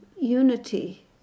unity